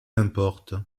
importe